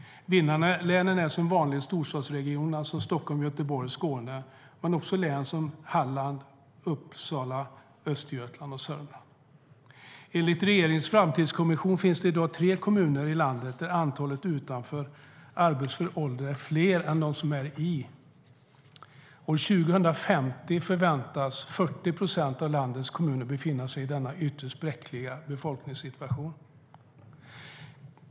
Vinnarlänen är som vanligt storstadsregionerna Stockholm, Göteborg och Skåne men också län som Halland, Uppsala, Östergötland och Södermanland. Enligt Framtidskommissionen finns det i dag tre kommuner i landet där de som är utanför arbetsför ålder är fler än de som är i. År 2050 förväntas 40 procent av landets kommuner befinna sig i denna ytterst bräckliga befolkningssituation.